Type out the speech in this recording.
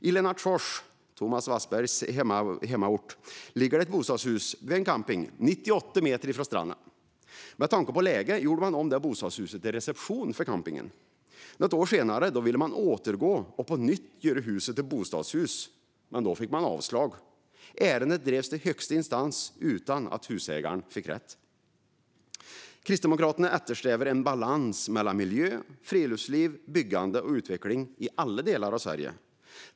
I Lennartsfors, Thomas Wassbergs hemort, ligger ett bostadshus invid en camping 98 meter från stranden. Med tanke på läget gjorde man om bostadshuset till en reception för campingen. Något år senare ville man återgå och på nytt göra huset till bostadshus, men då fick man avslag. Ärendet drevs till högsta instans utan att husägaren fick rätt. Kristdemokraterna eftersträvar en balans mellan miljö, friluftsliv, byggande och utveckling i alla delar av Sverige.